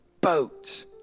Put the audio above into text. boat